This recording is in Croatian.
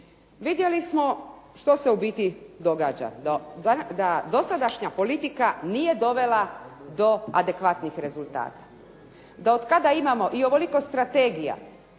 Vidjeli smo što se u biti događa, da dosadašnja politika nije dovela do adekvatnih rezultata, da od kada imamo i ovoliko strategija